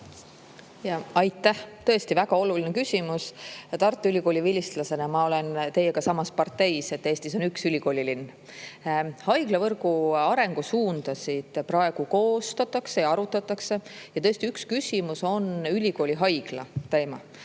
Aitäh! Tõesti väga oluline küsimus. Tartu Ülikooli vilistlasena olen ma teiega samas parteis, et Eestis on üks ülikoolilinn. Haiglavõrgu arengusuundasid praegu koostatakse ja arutatakse ning üks küsimus on tõesti ülikooli haigla teema.